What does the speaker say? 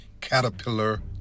caterpillar